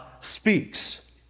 speaks